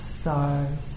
stars